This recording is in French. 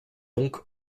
donc